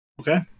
Okay